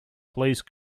please